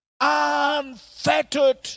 unfettered